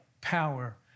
power